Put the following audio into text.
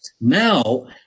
now